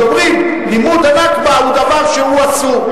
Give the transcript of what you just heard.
שאומרים: לימוד ה"נכבה" הוא דבר שהוא אסור,